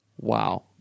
Wow